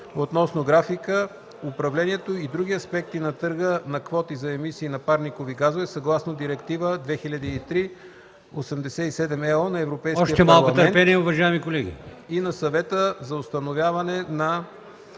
относно графика, управлението и други аспекти на търга на квоти за емисии на парникови газове, съгласно Директива 2003/87/ЕО на Европейския парламент и на Съвета за установяване на